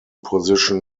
position